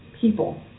people